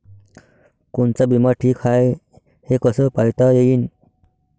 कोनचा बिमा ठीक हाय, हे कस पायता येईन?